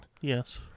Yes